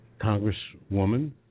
congresswoman